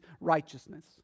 righteousness